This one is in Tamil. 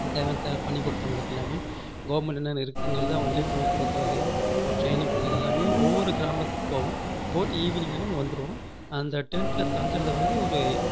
தேவையானதை பண்ணிக் கொடுத்தோம் அவங்களுக்கு எல்லாம் கவர்மெண்டில் என்னென்ன இருக்குங்கிறது அவங்க விழிப்புணர்வு கொடுக்கறது ஒரு டிரெயினிங் கொடுக்கறது எல்லாம் ஒவ்வொரு கிராமத்துக்கு போவோம் போயிட்டு ஈவினிங் ஆனால் அங்கே வந்துருவோம் அந்த டென்டில் தங்கிறத வந்து ஒரு